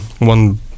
one